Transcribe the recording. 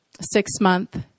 six-month